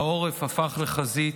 העורף הפך לחזית,